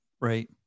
right